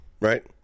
Right